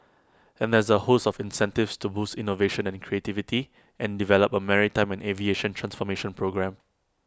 and there's A host of incentives to boost innovation and creativity and develop A maritime and aviation transformation programme